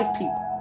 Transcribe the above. people